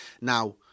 Now